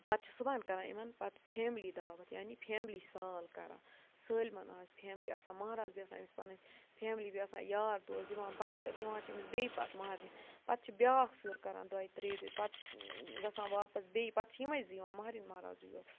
پَتہٕ چھِ صُبحن کَران یِمَن پَتہٕ فیملی دعوت یعنی فیملی سال کَران سٲلمَن آز فیملی آسان مَہراز بیٚیہِ آسان أمِس پَنٕنۍ فیملی بیٚیہِ آسان یار دوس دِوان بَتہٕ نِوان چھِ أمِس بیٚیہِ پَتہٕ مَہرنہِ پَتہٕ چھِ بیٛاکھ پھیُر کَران دۄیہِ ترٛیٚیہِ دۄہہِ پَتہٕ گژھان واپَس بیٚیہِ پَتہٕ چھِ یِمَے زٕ یِوان مَہرٮ۪ن مَہرازٕے یوت